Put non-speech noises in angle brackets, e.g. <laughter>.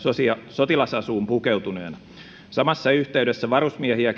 sotilasasuun pukeutuneena samassa yhteydessä varusmiehiä <unintelligible>